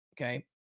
Okay